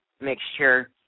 mixture